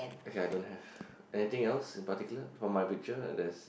okay I don't have anything else in particular for my picture there's